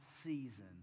season